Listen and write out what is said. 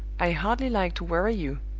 i hardly like to worry you,